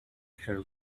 her